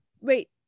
wait